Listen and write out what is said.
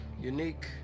unique